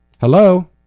Hello